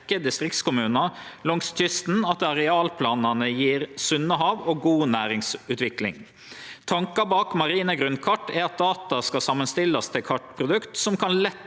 distriktskommunar langs kysten at arealplanane gjev sunne hav og god næringsutvikling. Tanken bak marine grunnkart er at data skal samanstillast til kartprodukt som lett